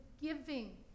giving